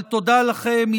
אבל תודה לכם.